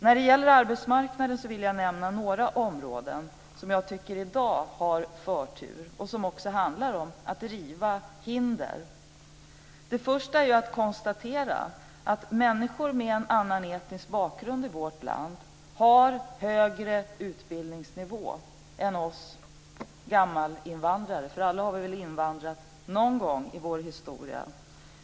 När det gäller arbetsmarknaden vill jag nämna några områden som jag tycker har förtur i dag, och som också handlar om att riva hinder. Det första är att vi kan konstatera att människor med annan etnisk bakgrund i vårt land har högre utbildningsnivå än vi "gammalinvandrare" - för vi har väl alla invandrat någon gång i vår historia.